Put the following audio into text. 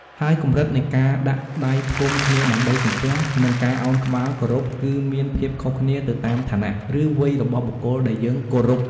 ហើយកម្រិតនៃការដាក់ដៃផ្គុំគ្នាដើម្បីសំពះ និងការឱនក្បាលគោរពគឺមានភាពខុសគ្នាទៅតាមឋានៈ ឬវ័យរបស់បុគ្គលដែលយើងគោរព។